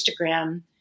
Instagram